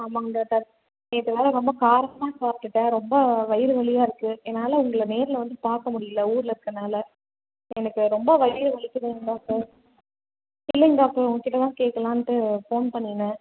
ஆமாம்ங்க டாக்டர் நேற்று வேறு ரொம்ப காரமாக சாப்பிடுட்டேன் ரொம்ப வயிறு வலியாக இருக்கு என்னால் உங்களை நேரில் வந்து பார்க்க முடியல ஊரில் இருக்கனால எனக்கு ரொம்ப வயிறு வலிக்குதுங்க டாக்டர் இல்லைங் டாக்டர் உங்கள்கிட்ட தான் கேட்கலான்ட்டு ஃபோன் பண்ணினேன்